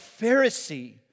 Pharisee